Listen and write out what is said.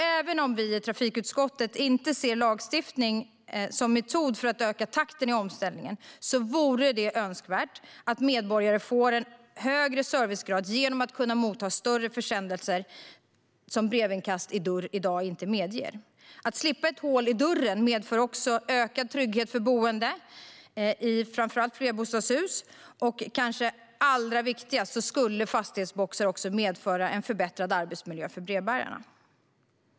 Även om vi i trafikutskottet inte ser lagstiftning som metod för att öka takten i omställningen är det önskvärt att medborgare får en högre servicegrad genom att de kan motta större försändelser, som brevinkast i dörr i dag inte medger. Att slippa ett hål i dörren medför också en ökad trygghet för boende i framför allt flerbostadshus. Det kanske allra viktigaste är att fastighetsboxar skulle medföra en förbättrad arbetsmiljö för brevbärarna.